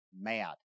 mad